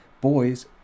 boys